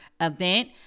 event